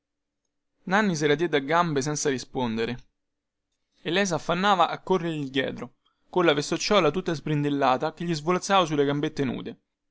nanni se la diede a gambe senza rispondere e lei saffannava a corrergli dietro colla vesticciuola tutta sbrindellata che svolazzava sulle gambette nude